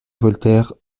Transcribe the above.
voltaire